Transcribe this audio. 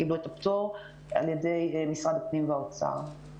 קיבלו את הפטור על ידי משרד הפנים והאוצר.